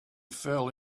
fell